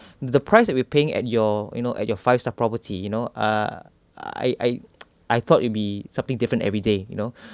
the price that we paying at your you know at your five star property you know uh I I I thought it'd be something different every day you know